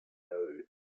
know